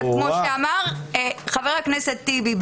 וכמו שאמר חה"כ טיבי,